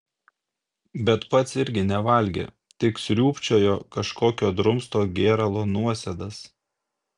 bet pats irgi nevalgė tik sriūbčiojo kažkokio drumsto gėralo nuosėdas